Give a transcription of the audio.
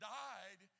died